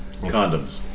Condoms